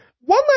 One